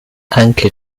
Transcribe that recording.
anche